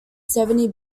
seventy